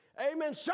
Amen